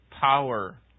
power